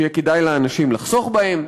שיהיה כדאי לאנשים לחסוך בהם,